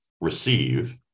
receive